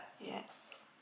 Yes